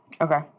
Okay